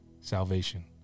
salvation